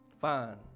fine